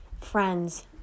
friends